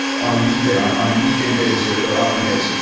on a weekday. on on weekend days, ah there often is.